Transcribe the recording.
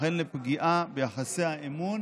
וכן לפגיעה ביחסי האמון